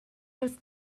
els